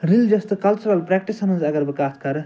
religious تہٕ cultural practices ہنٛز اَگر بہٕ کَتھ کَرٕ